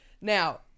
Now